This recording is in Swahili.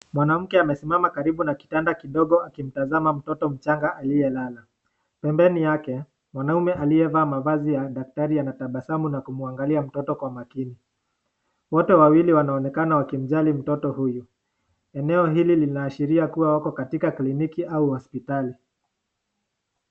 Mwanamke amesimama karibu na kitanda kidogo akimtazama mtoto mchanga aliyelala. Pembeni Yake, mwanaume aliyevaa mavazi ya daktari anatabasamu na kumwangalia mtoto kwa makini. Wote wawili wanaonekana wakimjali mtoto huyu. Eneo hili linaashiria kuwa wako katika kliniki au hospitali.